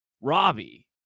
Robbie